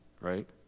right